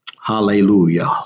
Hallelujah